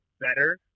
better